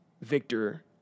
Victor